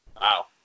Wow